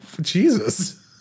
Jesus